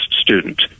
student